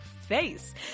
face